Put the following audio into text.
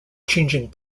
changing